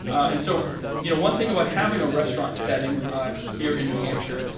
and so you know one thing about having a restaurant setting here in new hampshire,